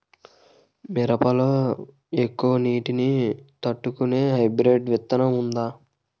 మిరప లో ఎక్కువ నీటి ని తట్టుకునే హైబ్రిడ్ విత్తనం వుందా?